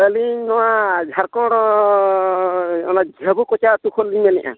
ᱟᱹᱞᱤᱧ ᱱᱚᱣᱟ ᱡᱷᱟᱲᱠᱷᱚᱸᱰ ᱡᱷᱟᱹᱵᱩ ᱠᱚᱪᱟ ᱟᱛᱳ ᱠᱷᱚᱱ ᱞᱤᱧ ᱢᱮᱱᱮᱜᱼᱟ